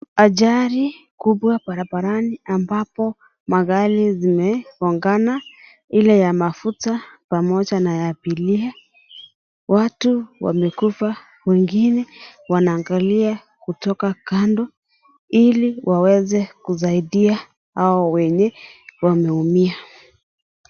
Ajalinkubwa barabarani ambapo magari zimekongana Ile ya mafuta ,pamoja na ya abiria . Watu wamekufa wengine wanaangalia kutoka Kando ili waweze kusaidia hao wenye wameumia.